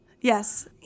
Yes